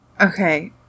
okay